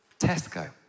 Tesco